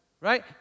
right